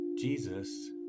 Jesus